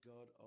God